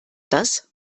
das